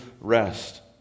rest